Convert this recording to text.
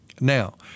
Now